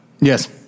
Yes